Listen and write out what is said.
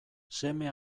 seme